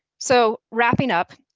so, wrapping up,